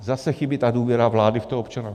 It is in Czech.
Zase chybí ta důvěra vlády v toho občana.